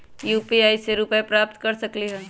UPI से रुपए प्राप्त कर सकलीहल?